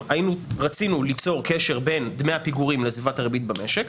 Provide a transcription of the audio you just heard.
רצינו ליצור קשר בין דמי הפיגורים לסביבת הריבית במשק,